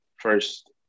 first